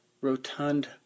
rotund